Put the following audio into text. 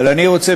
אבל אני רוצה,